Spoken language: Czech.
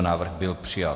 Návrh byl přijat.